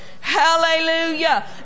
Hallelujah